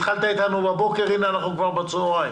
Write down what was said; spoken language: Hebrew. התחלת איתנו בבוקר והנה אנחנו כבר בצוהריים.